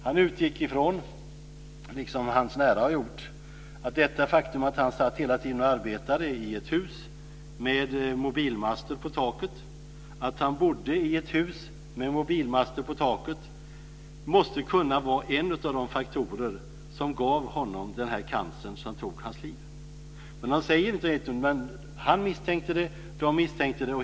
Han utgick ifrån, liksom hans nära har gjort, att detta faktum att han hela tiden satt och arbetade i ett hus med mobilmaster på taket och bodde i ett hus med mobilmaster på taket måste vara en av de faktorer som gav honom denna cancer, som tog hans liv. Han säger det inte rätt ut, men han misstänkte det. De misstänkte det.